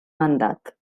mandat